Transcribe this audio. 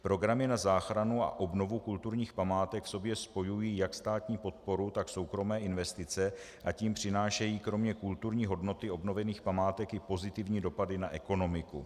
Programy na záchranu a obnovu kulturních památek v sobě spojují jak státní podporu, tak soukromé investice, a tím přinášejí kromě kulturní hodnoty obnovených památek i pozitivní dopady na ekonomiku.